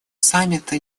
саммита